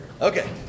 Okay